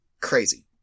Crazy